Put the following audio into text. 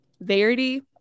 verity